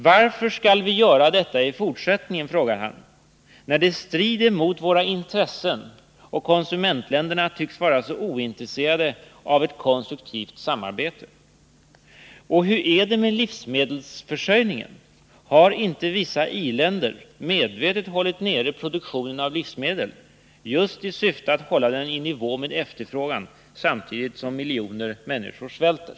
Varför skall vi göra detta i fortsättningen, frågar Ortiz, när det strider mot våra intressen och konsumentländerna tycks vara så ointresserade av ett konstruktivt samarbete? Och hur är det med livsmedelsförsörjningen? Har inte vissa i-länder medvetet hållit produktio Nr 100 nen av livsmedel nere just i syfte att hålla den i nivå med efterfrågan, Onsdagen den samtidigt som miljoner människor svälter?